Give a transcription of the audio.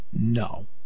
no